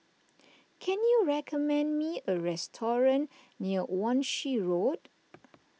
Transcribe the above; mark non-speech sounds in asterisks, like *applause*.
*noise* can you recommend me a restaurant near Wan Shih Road